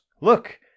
Look